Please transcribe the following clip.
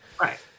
right